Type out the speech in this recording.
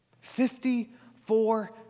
Fifty-four